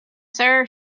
sir